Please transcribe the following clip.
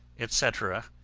etc,